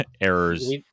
errors